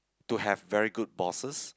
to have very good bosses